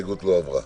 ההסתייגות לא עברה.